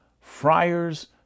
friars